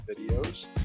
videos